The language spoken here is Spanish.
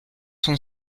son